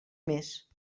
més